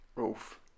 Oof